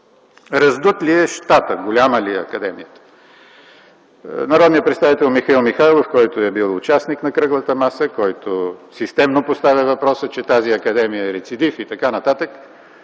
Раздут ли е щатът, голяма ли е Академията? Народният представител Михаил Михайлов, който е бил участник на кръглата маса, който системно поставя въпроса, че тази академия е рецидив и така нататък,